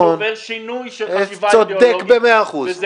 הוא עובר שינוי של חשיבה אידיאולוגית וזה